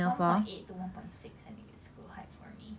one point eight to one point six I think it's a good height for me